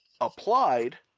applied